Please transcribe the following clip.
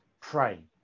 pray